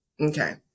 Okay